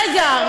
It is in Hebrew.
רגע,